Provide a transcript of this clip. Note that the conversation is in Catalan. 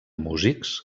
músics